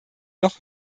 noch